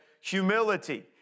humility